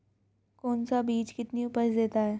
कौन सा बीज कितनी उपज देता है?